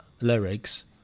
lyrics